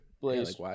blaze